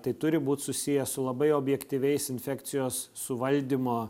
tai turi būt susiję su labai objektyviais infekcijos suvaldymo